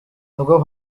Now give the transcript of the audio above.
nibwo